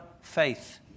faith